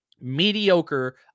mediocre